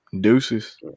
deuces